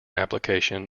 application